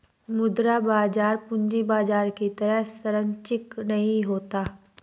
मुद्रा बाजार पूंजी बाजार की तरह सरंचिक नहीं होता